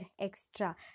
extra